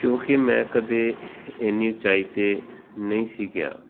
ਕਿਉਂਕਿ ਮੈਂ ਕਦੇ ਇੰਨੀ ਉੱਚਾਈ 'ਤੇ ਨਹੀਂ ਸੀ ਗਿਆ